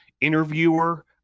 interviewer